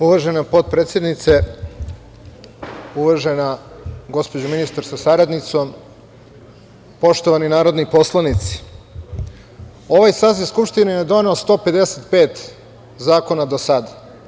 Uvažena potpredsednice, uvažena gospođo ministar sa saradnicom, poštovani narodni poslanici, ovaj saziv Skupštine je doneo 155 zakona do sada.